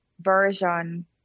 version